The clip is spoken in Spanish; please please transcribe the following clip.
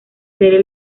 serie